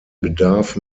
bedarf